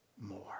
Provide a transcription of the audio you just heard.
more